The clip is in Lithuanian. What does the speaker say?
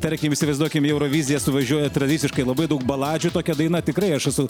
tarkim įsivaizduokim į euroviziją suvažiuoja tradiciškai labai daug baladžių tokia daina tikrai aš esu